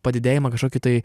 padidėjimą kažkokį tai